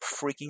freaking